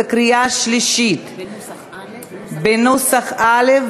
בנוסח א',